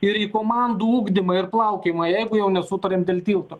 ir į komandų ugdymą ir plaukiojimą jeigu jau nesutariam dėl tilto